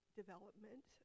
development